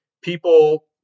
people